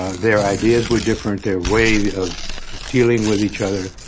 their ideas were different. their way of dealing with each other,